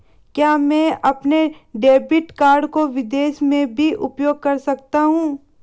क्या मैं अपने डेबिट कार्ड को विदेश में भी उपयोग कर सकता हूं?